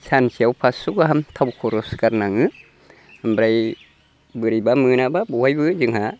सानसेयाव पास्स' गाहाम थाव खरस गारनाङो ओमफ्राय बोरैबा मोनाब्ला बहाबा जोंहा